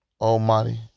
Almighty